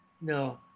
no